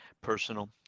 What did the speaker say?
personal